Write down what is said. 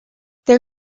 their